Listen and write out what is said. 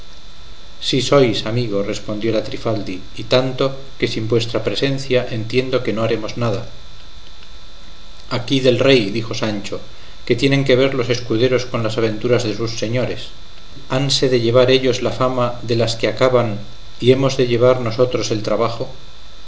sí sois amigo respondió la trifaldi y tanto que sin vuestra presencia entiendo que no haremos nada aquí del rey dijo sancho qué tienen que ver los escuderos con las aventuras de sus señores hanse de llevar ellos la fama de las que acaban y hemos de llevar nosotros el trabajo